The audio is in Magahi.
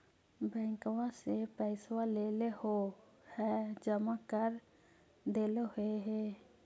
बैंकवा से पैसवा लेलहो है जमा कर देलहो हे?